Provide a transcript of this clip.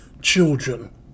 children